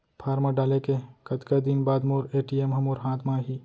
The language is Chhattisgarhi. फॉर्म डाले के कतका दिन बाद मोर ए.टी.एम ह मोर हाथ म आही?